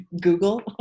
Google